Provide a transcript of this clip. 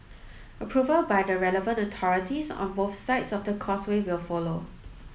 approval by the relevant authorities on both sides of the Causeway will follow